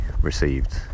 received